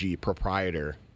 proprietor